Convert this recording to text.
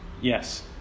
yes